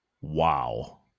Wow